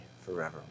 forever